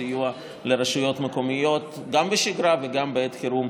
סיוע לרשויות מקומיות גם בשגרה וגם בעת חירום,